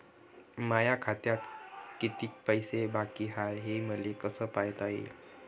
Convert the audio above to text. माया खात्यात कितीक पैसे बाकी हाय हे मले कस पायता येईन?